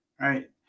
Right